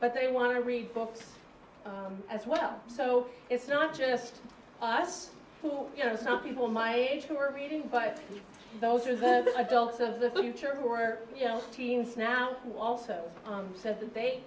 but they want to read books as well so it's not just us for you know some people my age who are reading but those are the adults of the future who are you know teens now also said that they